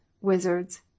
wizards